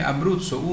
Abruzzo